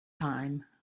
time